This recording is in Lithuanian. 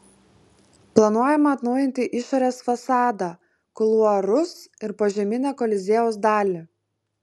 planuojama atnaujinti išorės fasadą kuluarus ir požeminę koliziejaus dalį